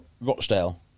Rochdale